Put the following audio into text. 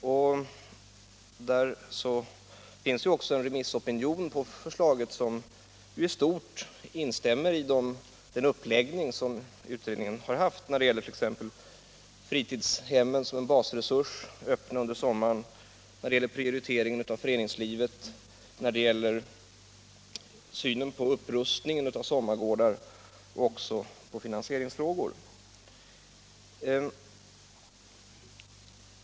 Det finns dessutom en remissopinion på förslaget som i stort instämmer i den uppläggning som utredningen hade när det gäller t.ex. fritidshemmen som en basresurs, öppen under sommaren, när det gäller prioritering av föreningslivet, när det gäller synen på upprustningen av sommargårdar och också när det gäller finansieringsfrågor.